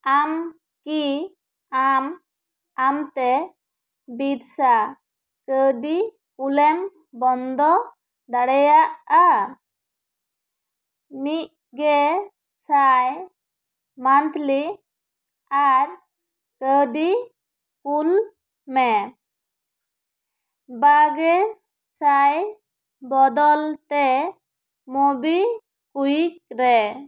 ᱟᱢ ᱠᱤ ᱟᱢ ᱟᱢᱛᱮ ᱵᱤᱨᱥᱟ ᱠᱟᱹᱣᱰᱤ ᱠᱳᱞᱮᱢ ᱵᱚᱱᱫᱚ ᱫᱟᱲᱮᱭᱟᱜᱼᱟ ᱢᱤᱫᱜᱮᱥᱟᱭ ᱢᱟᱱᱛᱷᱞᱤ ᱟᱨ ᱠᱟᱹᱣᱰᱤ ᱠᱳᱞ ᱢᱮ ᱵᱟᱜᱮᱥᱟᱭ ᱵᱚᱫᱚᱞ ᱛᱮ ᱢᱳᱵᱤᱠᱩᱭᱤᱠ ᱨᱮ